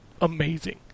amazing